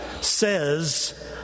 says